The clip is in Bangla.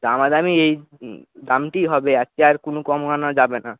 দামাদামি এই দামটিই হবে আর কোনও কম হওয়ান যাবে না